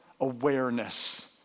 awareness